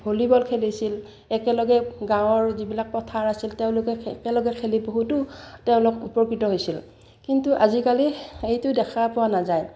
volleyball খেলিছিল একেলগে গাঁৱৰ যিবিলাক পথাৰ আছিল তেওঁলোকে একেলগে খেলি বহুতো তেওঁলোক উপকৃত হৈছিল কিন্তু আজিকালি এইটো দেখা পোৱা নাযায়